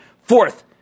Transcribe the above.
Fourth